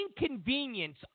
inconvenience